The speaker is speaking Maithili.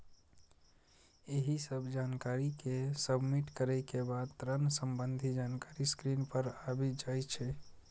एहि सब जानकारी कें सबमिट करै के बाद ऋण संबंधी जानकारी स्क्रीन पर आबि जाइ छै